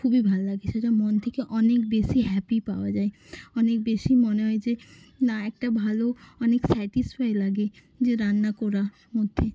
খুবই ভালো লাগে সেটা মন থেকে অনেক বেশি হ্যাপি পাওয়া যায় অনেক বেশি মনে হয় যে না একটা ভালো অনেক স্যাটিসফাই লাগে যে রান্না করার মধ্যে